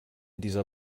dieser